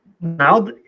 now